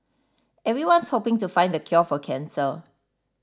everyone's hoping to find the cure for cancer